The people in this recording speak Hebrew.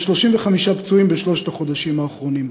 היו 35 פצועים בשלושת החודשים האחרונים,